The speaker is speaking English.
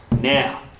Now